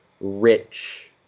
rich